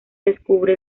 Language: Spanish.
descubre